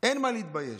אין במה להתבייש.